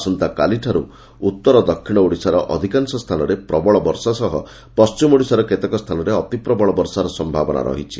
ଆସନ୍ତାକାଲିଠାରୁ ଉତ୍ତର ଦକ୍ଷିଣ ଓଡ଼ିଶାର ଅଧିକାଂଶ ଅଂଚଳରେ ପ୍ରବଳ ବର୍ଷା ସହ ପଣ୍ଟିମ ଓଡ଼ିଶାର କେତେକ ସ୍ତାନରେ ଅତିପ୍ରବଳ ବର୍ଷାର ସମ୍ଭାବନା ରହିଛି